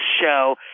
show